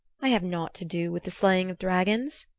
i have nought to do with the slaying of dragons,